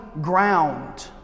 ground